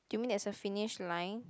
do you mean there's a finish line